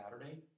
Saturday